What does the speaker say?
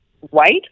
White